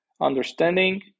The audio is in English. understanding